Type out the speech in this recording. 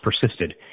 persisted